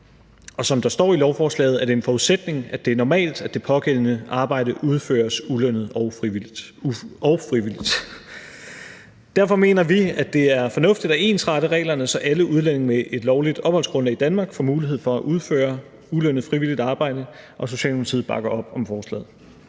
Som der står i lovforslaget, er det en forudsætning, at det er normalt, at det pågældende arbejde udføres ulønnet og frivilligt. Derfor mener vi, at det er fornuftigt at ensrette reglerne, så alle udlændinge med et lovligt opholdsgrundlag i Danmark får mulighed for at udføre ulønnet frivilligt arbejde. Socialdemokratiet bakker op om forslaget.